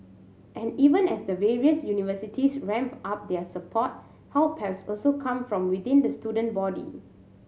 and even as the various universities ramp up their support help has also come from within the student body